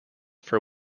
for